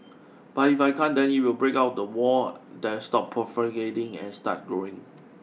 but if I can't then it will break out the wall then stop proliferating and start growing